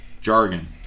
Jargon